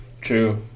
True